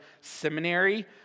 Seminary